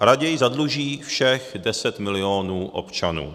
Raději zadluží všech 10 milionů občanů.